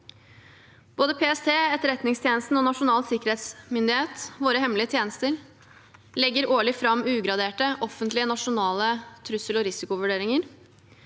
Både PST, Etterretningstjenesten og Nasjonal sikkerhetsmyndighet – våre hemmelige tjenester – legger årlig fram ugraderte, offentlige nasjonale trussel- og risikovurderinger.